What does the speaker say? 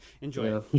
Enjoy